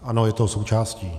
Ano, je toho součástí.